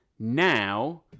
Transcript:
Now